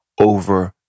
over